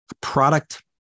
product